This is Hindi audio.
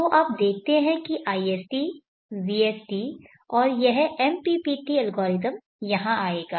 तो आप देखते हैं कि isd vsd और यह MPPT एल्गोरिथम यहाँ आएगा